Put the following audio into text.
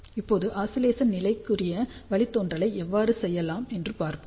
இப்போது ஆஸிலேசன் நிலைக்குரிய வழித்தோன்றலை எவ்வாறு செய்யலாம் என்று பார்ப்போம்